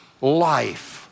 life